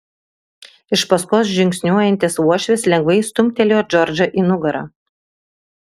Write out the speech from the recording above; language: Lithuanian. iš paskos žingsniuojantis uošvis lengvai stumtelėjo džordžą į nugarą